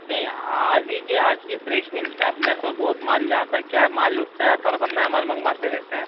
नहीं आज ही के आज की फ्रेश मिलता है अपने यहाँ तो बहुत माल जाता है क्या माल उठता है नया माल मँगवाते रहते हैं